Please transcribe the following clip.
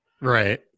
Right